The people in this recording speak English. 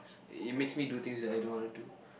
it makes me do things that I don't wanna do